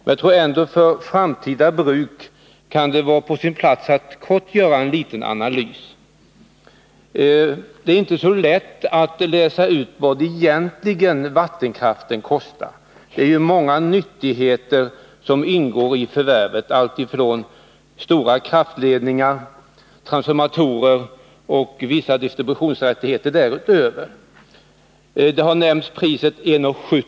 Men jag tror ändå att det för framtida bruk kan vara på sin plats att kort göra en analys. Det är inte så lätt att läsa ut vad vattenkraften egentligen kostar. Det är Nr 48 många nyttigheter som ingår i förvärvet — stora kraftledningar, transformato Torsdagen den rer, vissa distributionsrättigheter. Priset 1:70 kr. per kWh har nämnts.